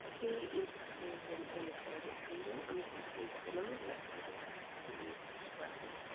here is magnesium on the periodic table, and we can see that the number of electrons it has is twelve.